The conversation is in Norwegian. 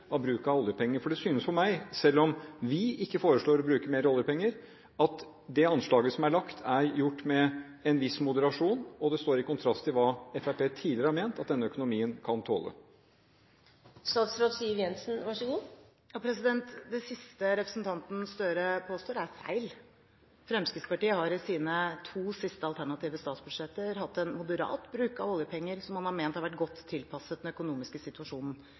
av bruk av oljepenger, for det synes for meg – selv om vi ikke foreslår å bruke mer oljepenger – at det anslaget som er lagt, er gjort med en viss moderasjon. Det står i kontrast til hva Fremskrittspartiet tidligere har ment at denne økonomien kan tåle. Det siste representanten Gahr Støre påstår, er feil. Fremskrittspartiet har i sine to siste alternative statsbudsjetter hatt en moderat bruk av oljepenger, som man har ment har vært godt tilpasset den økonomiske situasjonen.